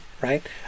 right